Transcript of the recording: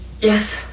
Yes